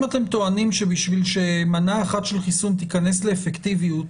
אם אתם טוענים שבשביל שמנה אחת של חיסון תיכנס לאפקטיביות